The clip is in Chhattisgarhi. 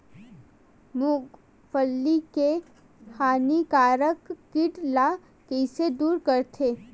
मूंगफली के हानिकारक कीट ला कइसे दूर करथे?